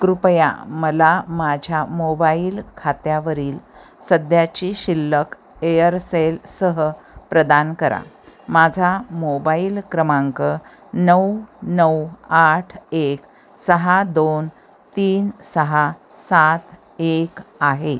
कृपया मला माझ्या मोबाईल खात्यावरील सध्याची शिल्लक एअरसेल सह प्रदान करा माझा मोबाईल क्रमांक नऊ नऊ आठ एक सहा दोन तीन सहा सात एक आहे